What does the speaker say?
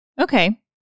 Okay